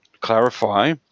clarify